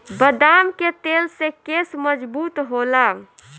बदाम के तेल से केस मजबूत होला